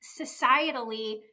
societally